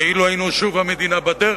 כאילו היינו שוב המדינה בדרך.